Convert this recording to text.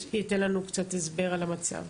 שייתן לנו קצת הסבר על המצב.